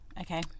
okay